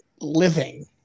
living